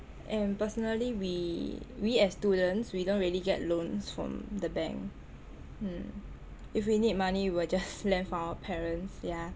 and personally we we as students we don't really get loans from the bank mm if we need money we will just lend from our parents yah